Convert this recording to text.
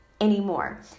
anymore